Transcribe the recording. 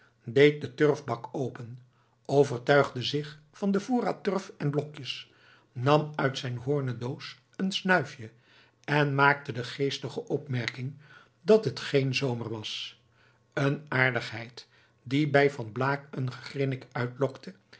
deed den turfbak open overtuigde zich van den voorraad turf en blokjes nam uit zijn hoornen doos een snuifje en maakte de geestige opmerking dat het geen zomer was een aardigheid die bij van blaak een gegrinnik uitlokte